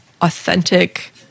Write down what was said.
authentic